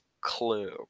clue